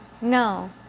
no